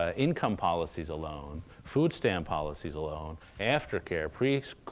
ah income policies alone, food stamp policies alone, aftercare, pre-k,